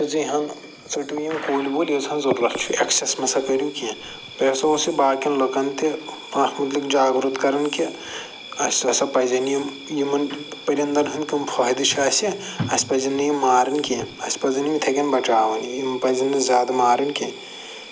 تِژٕے ہن ژٔٹِنۍ یِم کُلۍ وُلۍ یِژٕے ہن ضوٚرتھ چھِ اٮ۪کسٮ۪س مہ سا کٔرِو کینٛہہ بیٚیہِ ہَسا اوس یہِ باقیَن لٕکَن تہِ اَتھ مُتعلِق جاگرُت کران کہِ اَسہِ ہَسا پَزن یِم یِمن پٔرِندَن ہٕنٛدۍ کَم فٲیدٕ چھِ اَسہِ اَسہِ پَزن نہٕ یِم مارٕنۍ کینٛہہ اَسہِ پَزن یِم یِتھَے کٔنۍ بچاوٕنۍ یِم پَزن نہٕ زیادٕ مارٕنۍ کینٛہہ